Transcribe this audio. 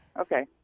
Okay